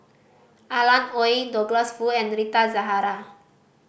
Alan Oei Douglas Foo and Rita Zahara